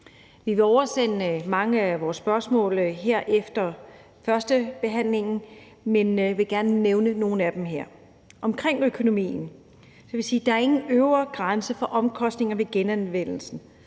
Vi vil oversende mange af vores spørgsmål efter førstebehandlingen her, men jeg vil gerne nævne nogle af dem her. Omkring økonomien vil jeg sige: Der er ingen øvre grænse for omkostninger ved genanvendelsen.